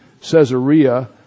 Caesarea